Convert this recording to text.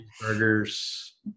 Burgers